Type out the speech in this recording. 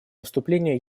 выступление